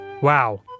Wow